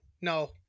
No